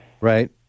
Right